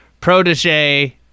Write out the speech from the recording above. protege